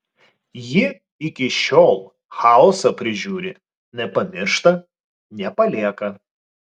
ji iki šiol chaosą prižiūri nepamiršta nepalieka